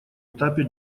этапе